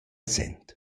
sent